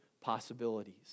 possibilities